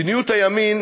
מדיניות הימין,